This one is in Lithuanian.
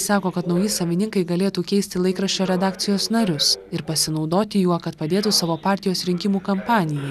sako kad nauji savininkai galėtų keisti laikraščio redakcijos narius ir pasinaudoti juo kad padėtų savo partijos rinkimų kampanijai